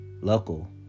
local